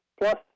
Plus